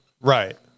Right